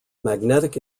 magnetic